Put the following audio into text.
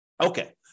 Okay